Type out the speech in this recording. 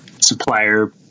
supplier